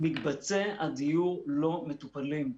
מקבצי הדיור לא מטופלים.